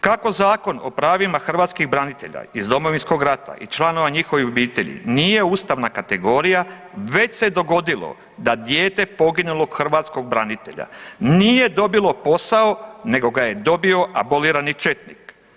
Kako zakon o pravima hrvatskih branitelja iz Domovinskog rata i članova njihovih obitelji nije ustavna kategorija već se dogodilo da dijete poginulog hrvatskog branitelja nije dobilo posao nego ga je dobio abolirani četnik.